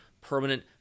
permanent